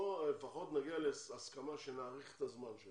לפחות נגיע להסכמה שנאריך את הזמן של